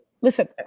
listen